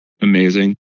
Amazing